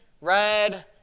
red